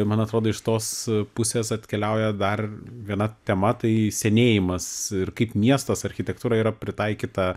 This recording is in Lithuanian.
man atrodo iš tos pusės atkeliauja dar viena tema tai senėjimas ir kaip miestas architektūra yra pritaikyta